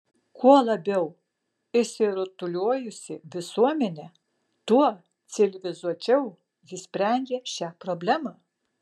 kuo labiau išsirutuliojusi visuomenė tuo civilizuočiau ji sprendžia šią problemą